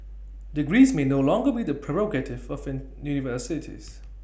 degrees may no longer be the prerogative of in universities